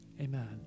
amen